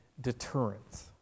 deterrence